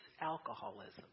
alcoholism